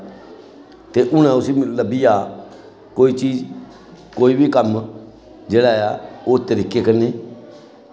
ते हूनै उस्सी लब्भी जा कोई चीज कोई बी कम्म जेह्ड़ा ऐ ओह् तरीके कन्नै